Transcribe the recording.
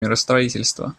миростроительства